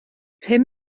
pum